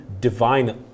divine